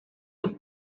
the